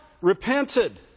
repented